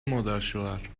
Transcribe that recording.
مادرشوهرتو